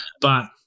But-